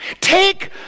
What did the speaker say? Take